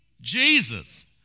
Jesus